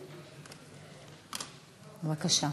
בבקשה.